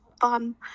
fun